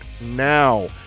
now